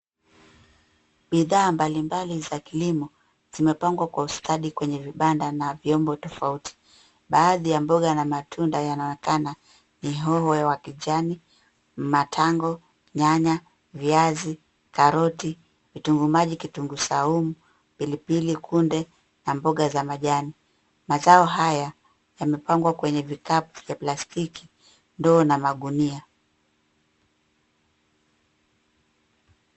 Bidhaa mbalimbali za kilimo, zimepangwa kwa ustadi kwenye vibanda na vyombo tofauti, baadhi ya mboga na matunda yanaonekana ni hoho ya wakijani, matango, nyanya, viazi, karoti, vitunguu maji, kitunguu saumu, pilipili, kunde na mboga za majani. Mazao haya, yamepangwa kwenye vikapu vya plastiki, ndoo na magunia.